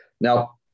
now